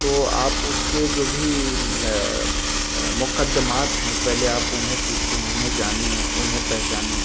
تو آپ اس کے جو بھی مقدمات ہیں پہلے آپ انہیں سیکھیں انہیں جانیں انہیں پہچانیں